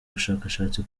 bushakashatsi